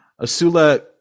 Asula